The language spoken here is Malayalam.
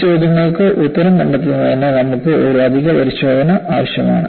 ഈ ചോദ്യങ്ങൾക്ക് ഉത്തരം കണ്ടെത്തുന്നതിന് നമുക്ക് ഒരു അധിക പരിശോധന ആവശ്യമാണ്